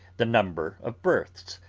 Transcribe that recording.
the number of berths,